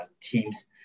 teams